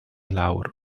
lawr